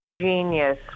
genius